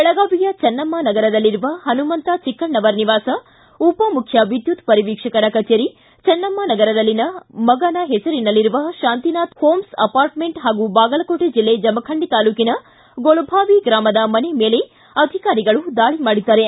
ಬೆಳಗಾವಿಯ ಚನ್ನಮ್ಮ ನಗರದಲ್ಲಿರುವ ಪನುಮಂತ ಚಿಕ್ಕಣ್ಣನವರ್ ನಿವಾಸ ಉಪಮುಖ್ಯ ವಿದ್ಯುತ್ ಪರಿವೀಕ್ಷಕರ ಕಜೇರಿ ಚನ್ನಮ್ಮ ನಗರದಲ್ಲಿ ಮಗನ ಹೆಸರಿನಲ್ಲಿರುವ ಶಾಂತಿನಾಥ ಹೋಮ್ಸ್ ಅಪಾರ್ಟ್ಮೆಂಟ್ ಹಾಗೂ ಬಾಗಲಕೋಟೆ ಜಿಲ್ಲೆ ಜಮಖಂಡಿ ತಾಲೂಕಿನ ಗೋಲಭಾಂವಿ ಗ್ರಾಮದ ಮನೆ ಮೇಲೆ ಅಧಿಕಾರಿಗಳು ದಾಳಿ ಮಾಡಿದ್ದಾರೆ